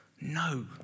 No